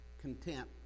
content